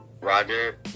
Roger